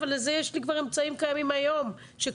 אבל לזה יש לי כבר אמצעים שקיימים היום בחקיקה.